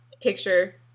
picture